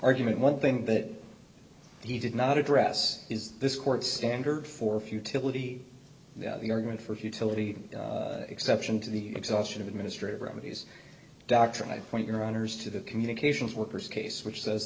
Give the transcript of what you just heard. argument one thing that he did not address is this court standard for futility the argument for futility exception to the exhaustion of administrative remedies doctrine i point your honour's to the communications workers case which says